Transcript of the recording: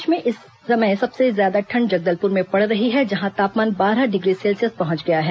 प्रदेश में इस समय सबसे ज्यादा ठंड जगदलपुर में पड़ रही है जहां तापमान बारह डिग्री सेल्सियस पहुंच गया है